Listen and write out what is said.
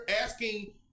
asking